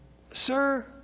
Sir